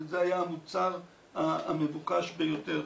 זה היה המוצר המבוקש ביותר,